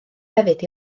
hefyd